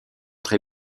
très